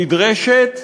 נדרשת,